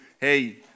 hey